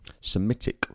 Semitic